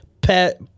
Pat